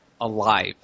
alive